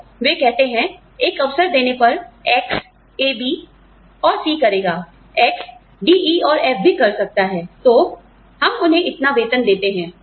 तो वे कहते हैं एक अवसर देने पर X A B और C करेगा X D E और F भी कर सकता है तो हम उन्हें इतना वेतन देते हैं